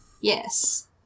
Yes